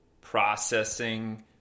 processing